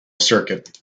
circuit